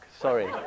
Sorry